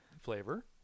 flavor